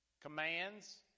commands